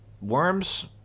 worms